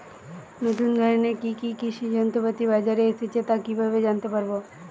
নতুন ধরনের কি কি কৃষি যন্ত্রপাতি বাজারে এসেছে তা কিভাবে জানতেপারব?